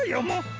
yeah elmo.